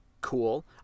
Cool